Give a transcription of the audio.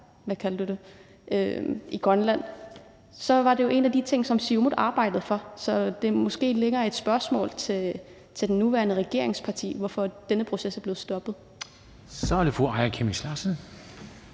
i Grønland var det jo en af de ting, som Siumut arbejdede for, så det er måske et spørgsmål til det nuværende regeringsparti, hvorfor denne proces er blevet stoppet. Kl. 20:47 Formanden